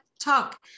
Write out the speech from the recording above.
talk